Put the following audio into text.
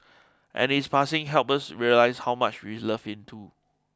and his passing helped us realise how much we loved him too